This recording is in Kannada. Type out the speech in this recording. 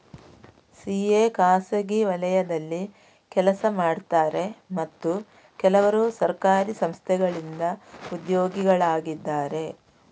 ಸಿ.ಎ ಖಾಸಗಿ ವಲಯದಲ್ಲಿ ಕೆಲಸ ಮಾಡುತ್ತಾರೆ ಮತ್ತು ಕೆಲವರು ಸರ್ಕಾರಿ ಸಂಸ್ಥೆಗಳಿಂದ ಉದ್ಯೋಗಿಗಳಾಗಿದ್ದಾರೆ